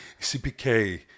CPK